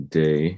day